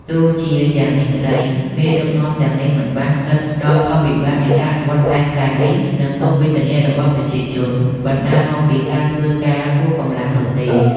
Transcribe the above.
ទោះជាយ៉ាងនេះក្តី មេដឹកនាំទាំងនេះមិនបានគិត ដល់ផលវិបាកនៃការអនុវត្តផែនការនេះ និងទុក្ខវេទនារបស់ប្រជាជនបណ្តាលមកពីការធ្វើការហួសកម្លាំងនោះទេ។